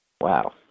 Wow